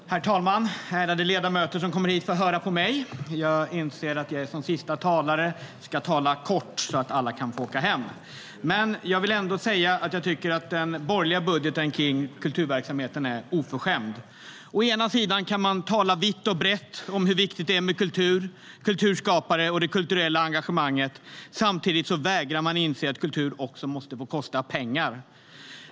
STYLEREF Kantrubrik \* MERGEFORMAT Kultur, medier, trossamfund och fritidMen jag vill ändå säga att jag tycker att den borgerliga budgeten kring kulturverksamheten är oförskämd.Å ena sidan kan man tala vitt och brett om hur viktigt det är med kultur, kulturskapare och det kulturella engagemanget. Å andra sidan vägrar man inse att kultur också måste få kosta pengar.